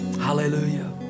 hallelujah